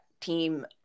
team